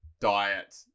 diet